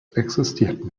existiert